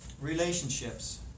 Relationships